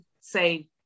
say